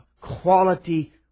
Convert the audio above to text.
quality